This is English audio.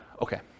Okay